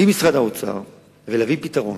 עם משרד האוצר, ולהביא פתרון.